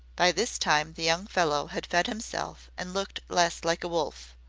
by this time the young fellow had fed himself and looked less like a wolf.